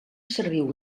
serviu